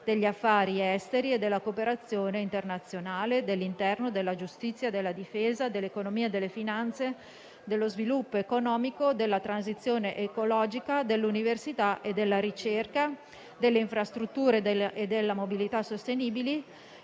degli affari esteri e della cooperazione internazionale, dell'interno, della giustizia, della difesa, dell'economia e delle finanze, dello sviluppo economico, della transizione ecologica, dell'università e della ricerca, delle infrastrutture e della mobilità sostenibili